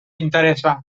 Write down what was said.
interessa